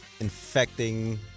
infecting